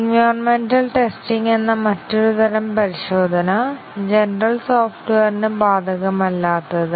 environmental testing എന്ന മറ്റൊരു തരം പരിശോധന ജനറൽ സോഫ്റ്റ്വെയറിന് ബാധകമല്ലാത്തത്